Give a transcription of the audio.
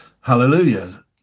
Hallelujah